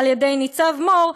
של ניצב מור,